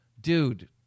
dude